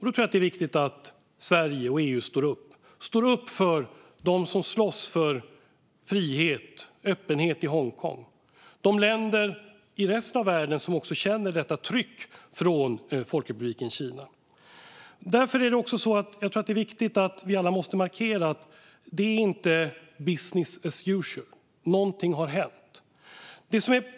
Då är det viktigt att Sverige och EU står upp för dem som slåss för frihet och öppenhet i Hongkong och för de länder i resten av världen som också känner detta tryck från Folkrepubliken Kina. Det är viktigt att vi alla markerar att det inte är business as usual. Någonting har hänt.